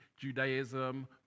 Judaism